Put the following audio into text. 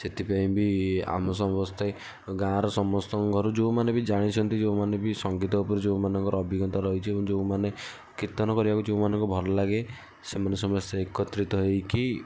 ସେଥିପାଇଁ ବି ଆମ ସମସ୍ତେ ଗାଁର ସମସ୍ତଙ୍କ ଘରୁ ଯେଉଁମାନେ ବି ଜାଣିଛନ୍ତି ଯେଉଁମାନେ ବି ସଙ୍ଗୀତ ଉପରେ ଯେଉଁ ମାନଙ୍କର ଅଭିଜ୍ଞତା ରହିଛି ଏବଂ ଯେଉଁମାନେ କୀର୍ତ୍ତନ କରିବାକୁ ଯେଉଁମାନଙ୍କୁ ଭଲଲାଗେ ସେମାନେ ସମସ୍ତେ ଏକତ୍ରିତ ହେଇକି